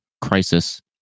crisis